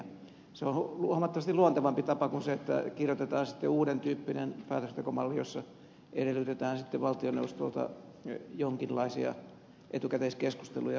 se on huomattavasti luontevampi tapa kuin se että kirjoitetaan uudentyyppinen päätöksentekomalli jossa edellytetään valtioneuvostolta jonkinlaisia etukäteiskeskusteluja presidentin kanssa